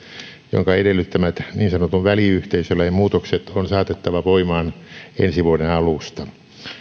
jonka edellyttämät niin sanotun väliyhteisölain muutokset on saatettava voimaan ensi vuoden alusta